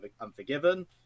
Unforgiven